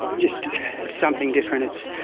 just something different,